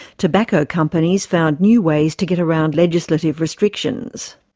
tobacco companies found new ways to get around legislative restrictions.